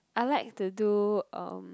I like to do um